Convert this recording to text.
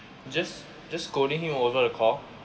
just just scolding him over the call